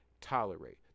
tolerate